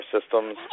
systems